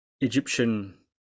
Egyptian